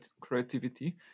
creativity